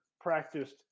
practiced